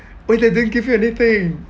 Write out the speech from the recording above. but they didn't give you anything